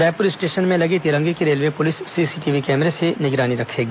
Raipur station में लगे तिरंगे की रेलवे पुलिस सीसीटीवी कैमरे से निगरानी रखेगी